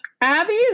abby's